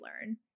learn